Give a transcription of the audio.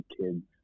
kids